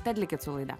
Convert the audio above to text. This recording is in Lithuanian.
tad likit su laida